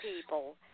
people